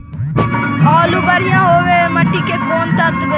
आलु बढ़िया होबे ल मट्टी में कोन तत्त्व रहे के चाही?